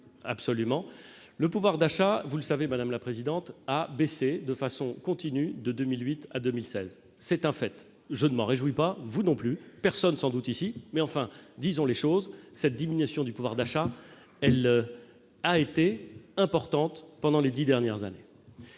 solide. Le pouvoir d'achat, vous le savez, madame la présidente, a baissé de façon continue de 2008 à 2016. C'est un fait, je ne m'en réjouis pas, vous non plus, personne sans doute ici, mais enfin disons les choses : cette diminution du pouvoir d'achat a été importante au cours des dix dernières années.